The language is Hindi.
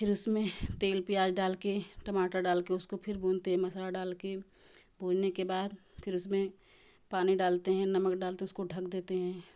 फिर उसमें तेल प्याज़ डालके टमाटर डालके उसको फिर भूनते हैं मसाला डालके भूनने के बाद फिर उसमें पानी डालते हैं नमक डालते हैं उसको ढक देते हैं